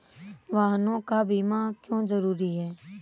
वाहनों का बीमा क्यो जरूरी है?